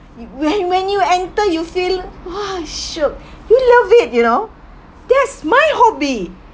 when when you enter you feeling !wah! shiok we love it you know yes my hobby